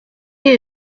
est